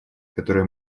которые